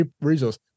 resource